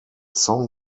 song